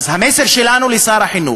אז המסר שלנו לשר החינוך: